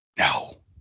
No